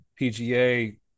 PGA